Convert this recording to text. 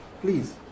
Please